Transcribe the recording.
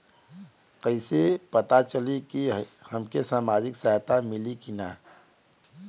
कइसे से पता चली की हमके सामाजिक सहायता मिली की ना?